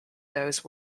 those